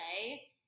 say